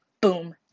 Boom